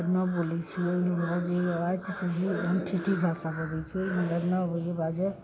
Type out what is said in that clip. तऽ न बोलैत छियै ठेठी भाषा बजैत छियै हमरा न अबैए बाजऽ